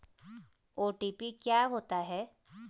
OTP क्या होता है?